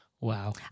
Wow